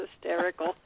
hysterical